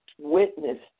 witnessed